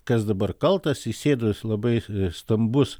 kas dabar kaltas įsėdo jis labai stambus